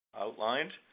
outlined